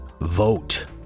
vote